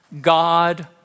God